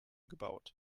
gebaut